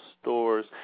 stores